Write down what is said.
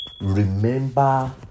remember